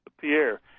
Pierre